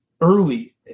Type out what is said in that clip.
early